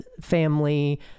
family